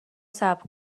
صبر